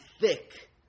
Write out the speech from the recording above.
thick